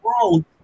grown